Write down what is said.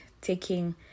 taking